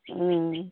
हूँ